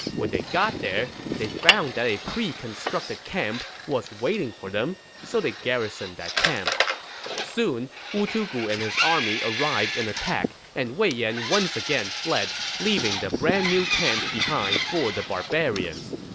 when they got there, they found that a pre-constructed camp was waiting for them, so they garrisoned that camp soon, wu tugu and his army arrived and attacked, and wei yan once again fled, leaving the new camp behind for the barbarians.